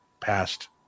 passed